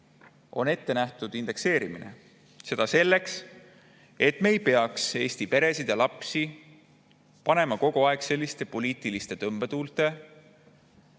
on ette nähtud indekseerimine. Seda selleks, et me ei peaks Eesti peresid ja lapsi [jätma] kogu aeg selliste poliitiliste tõmbetuulte